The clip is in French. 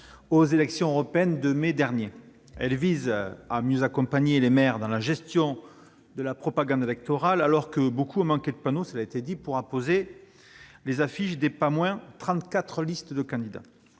aux élections européennes de mai dernier. Elle vise à mieux accompagner les maires dans la gestion de la propagande électorale, alors que beaucoup ont manqué de panneaux pour apposer les affiches des trente-quatre listes- pas